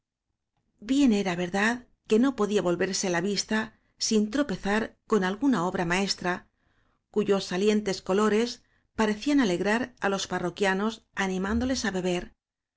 bien era verdad que no podía volverse la vista sin tropezar con alguna obra maestra cuyos salientes colores parecían alegrar á los parroquianos animándoles á beber